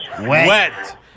Wet